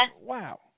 Wow